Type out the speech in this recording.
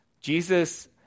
Jesus